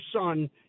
son